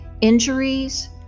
injuries